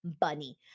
bunny